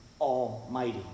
Almighty